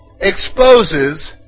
exposes